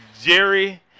Jerry